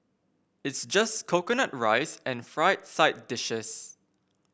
it's just coconut rice and fried side dishes